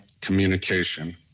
communication